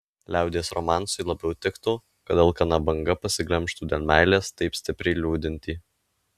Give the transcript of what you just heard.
liaudies romansui labiau tiktų kad alkana banga pasiglemžtų dėl meilės taip stipriai liūdintį